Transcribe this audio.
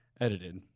edited